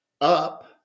up